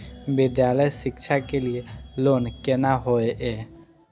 विद्यालय शिक्षा के लिय लोन केना होय ये?